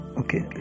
okay